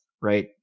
right